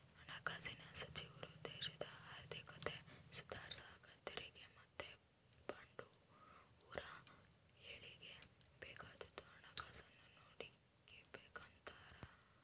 ಹಣಕಾಸಿನ್ ಸಚಿವ್ರು ದೇಶದ ಆರ್ಥಿಕತೆ ಸುಧಾರ್ಸಾಕ ತೆರಿಗೆ ಮತ್ತೆ ಬಡವುರ ಏಳಿಗ್ಗೆ ಬೇಕಾದ್ದು ಹಣಕಾಸುನ್ನ ನೋಡಿಕೆಂಬ್ತಾರ